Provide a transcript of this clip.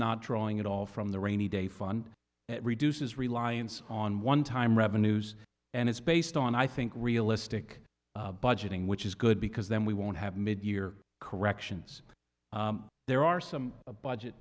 not drawing at all from the rainy day fund it reduces reliance on one time revenues and it's based on i think realistic budgeting which is good because then we won't have mid year corrections there are some budget